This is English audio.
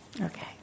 Okay